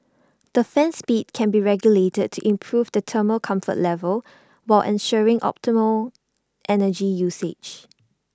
the fan speed can be regulated to improve the thermal comfort level while ensuring optimal energy usage